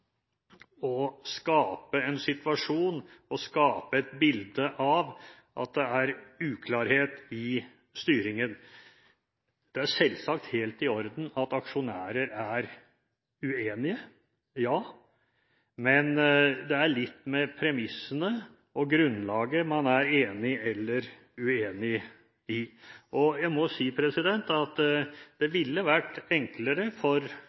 å skape en situasjon og skape et bilde av at det er uklarhet i styringen. Det er selvsagt helt i orden at aksjonærer er uenige – ja. Men det er noe med premissene og grunnlaget man er enig eller uenig i, og jeg må si at det ville selvsagt vært enklere for